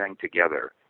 together